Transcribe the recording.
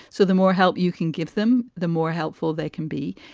so the more help you can give them, the more helpful they can be.